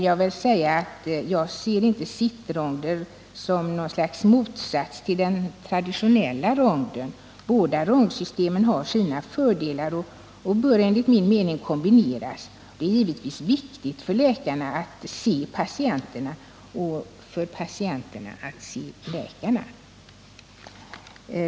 Jag vill säga att jag inte ser sittronden som någon motsats till den traditionella ronden. Båda rondsystemen har sina fördelar, och de bör enligt min mening kombineras. Men det är givetvis viktigt för läkarna att se patienterna och för patienterna att få träffa läkarna.